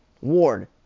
Ward